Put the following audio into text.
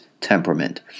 temperament